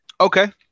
Okay